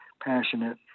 passionate